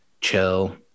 chill